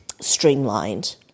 streamlined